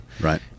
right